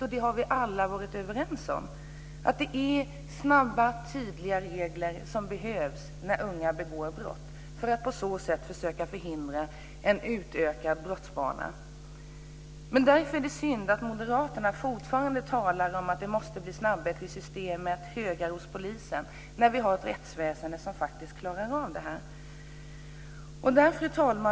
Vi har alla varit överens om att det behövs snabba och tydliga regler när unga begår brott, för att på så sätt försöka förhindra en utökad brottsbana. Därför är det synd att moderaterna fortfarande talar om att det måste bli snabbhet i systemet, högar hos polisen, när vi har ett rättsväsende som faktiskt klarar detta. Fru talman!